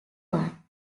one